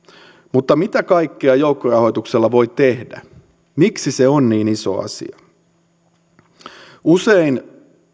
mutta mitä kaikkea joukkorahoituksella voi tehdä miksi se on niin iso asia usein